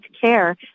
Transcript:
care